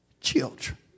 children